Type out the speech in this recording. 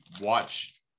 Watch